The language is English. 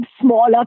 smaller